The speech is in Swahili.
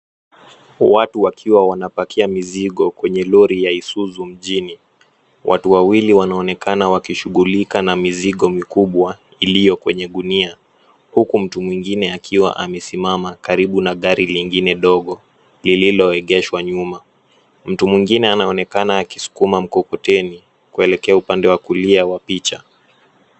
Watu wakiwa wanapakia mizigo kwenye lori ya Isuzu mjini. Watu wawili wanaonekana wakishughulika na mizigo mikubwa iliyo kwenye gunia. Huku mtu mwingine akiwa amesimama karibu na gari lingine dogo lililoegeshwa nyuma. Mtu mwingine anaonekana akisukuma mkokoteni kuelekea upande wa kulia wa picha.